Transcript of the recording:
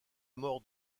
mort